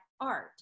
art